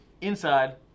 inside